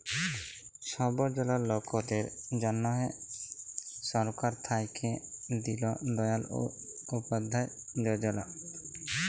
ছব জলা লকদের জ্যনহে সরকার থ্যাইকে দিল দয়াল উপাধ্যায় যজলা